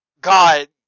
God